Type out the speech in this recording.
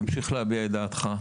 תמשיך להביע את דעתך,